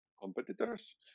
competitors